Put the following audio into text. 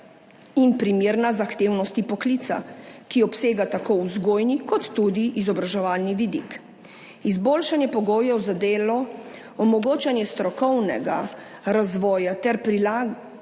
in primerna zahtevnosti poklica, ki obsega tako vzgojni kot tudi izobraževalni vidik. Izboljšanje pogojev za delo, omogočanje strokovnega razvoja ter prilagajanje